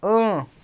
اۭں